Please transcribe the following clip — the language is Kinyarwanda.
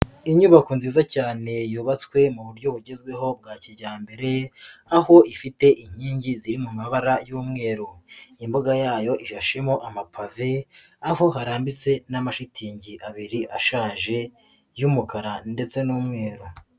Inyubako nziza cyane yubatswe mu buryo bugezweho bwa kijyambere, aho ifite inkingi ziri mu mabara y'umweru. Imbuga yayo ishashemo amapave, aho harambitse n'amashitingi abiri ashaje y'umukara ndetse n'umweru.